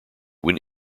when